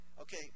Okay